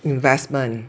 investment